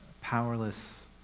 powerless